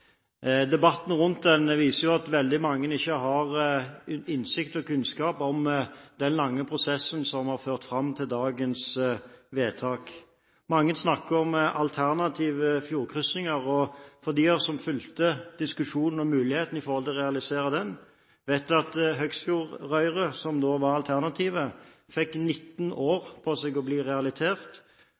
Debatten om den viser jo at veldig mange ikke har innsikt i og kunnskap om den lange prosessen som har ført fram til dagens vedtak. Mange snakker om alternative fjordkryssinger. Mange av oss som fulgte diskusjonen om muligheten for realisering av alternativet Høgsfjordrøret, vet at det fikk 19 år på seg til å bli